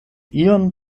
ion